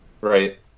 Right